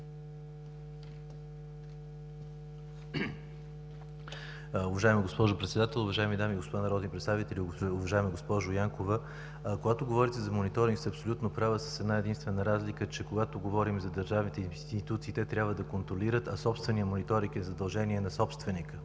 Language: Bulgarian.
Уважаема госпожо Председател, уважаеми дами и господа народни представители! Уважаема госпожо Янкова, когато говорите за мониторинг сте абсолютно права, с една единствена разлика, че когато говорим за държавните институции, те трябва да контролират, а собственият мониториг е задължение на собственика,